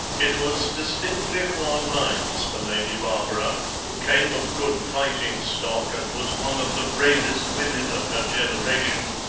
it was distinctly hard lines for lady barbara, who came of good fighting stock, and was one of the bravest women of her generation,